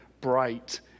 bright